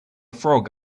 frog